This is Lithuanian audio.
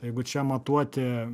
jeigu čia matuoti